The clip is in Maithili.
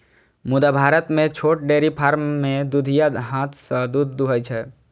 मुदा भारत मे छोट डेयरी फार्म मे दुधिया हाथ सं दूध दुहै छै